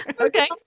Okay